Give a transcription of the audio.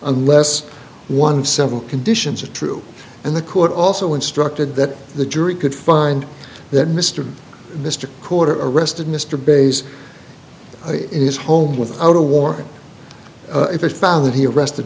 unless one of several conditions are true and the court also instructed that the jury could find that mr mr quarter arrested mr bayh's in his home without a warrant if they found that he arrested